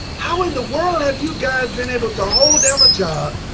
how in the world have you guys been able to hold down a job,